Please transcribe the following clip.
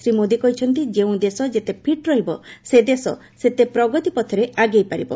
ଶ୍ରୀ ମୋଦି କହିଛନ୍ତି ଯେଉଁ ଦେଶ ଯେତେ ଫିଟ୍ ରହିବ ସେ ଦେଶ ସେତେ ପ୍ରଗତି ପଥରେ ଆଗେଇ ପାରିବ